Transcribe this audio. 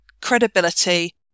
credibility